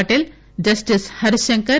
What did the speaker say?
Patel justice Harishankar